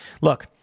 Look